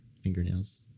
fingernails